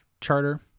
charter